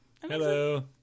Hello